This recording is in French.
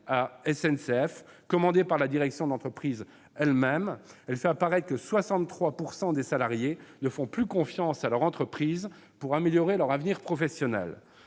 la SNCF, commandée par la direction de l'entreprise elle-même. Elle fait apparaître que 63 % des salariés ne font plus confiance à leur entreprise pour améliorer leur avenir professionnel.